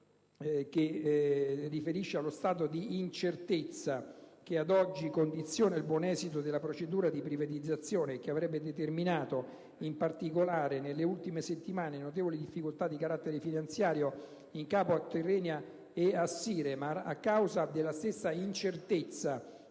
riferisce dello stato di incertezza che ad oggi condiziona il buon esito della procedura di privatizzazione e che avrebbe determinato, in particolare nelle ultime settimane, notevoli difficoltà di carattere finanziario in capo a Tirrenia e a Siremar. A causa della stessa incertezza